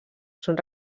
són